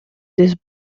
this